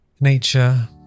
nature